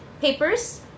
papers